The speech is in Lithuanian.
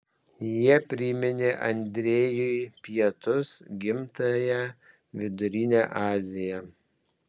jie priminė andrejui pietus gimtąją vidurinę aziją